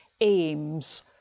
aims